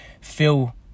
feel